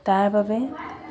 তাৰবাবে